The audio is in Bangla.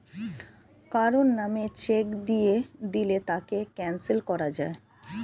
কারো নামে চেক দিয়ে দিলে তাকে ক্যানসেল করা যায়